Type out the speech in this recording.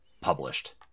published